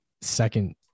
second